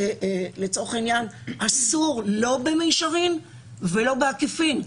לצורך העניין אסור לא במישרין ולא בעקיפין.